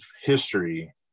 history